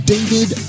David